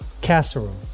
casserole